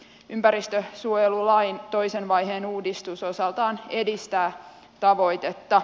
ympäristönsuojelulain toisen vaiheen uudistus osaltaan edistää tavoitetta